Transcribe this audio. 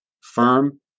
firm